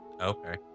Okay